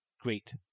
great